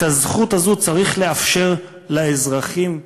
את הזכות הזאת צריך לאפשר לאזרחים לממש.